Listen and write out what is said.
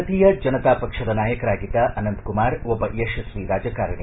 ಭಾರತೀಯ ಜನತಾ ಪಕ್ಷದ ನಾಯಕರಾಗಿದ್ದ ಅನಂತ್ ಕುಮಾರ್ ಒಬ್ಬ ಯಶಸ್ವಿ ರಾಜಕಾರಣಿ